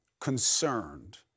concerned